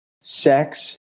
sex